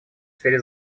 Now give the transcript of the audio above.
сфере